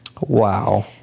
Wow